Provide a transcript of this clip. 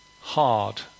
hard